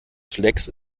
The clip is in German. flex